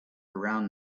around